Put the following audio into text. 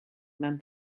mewn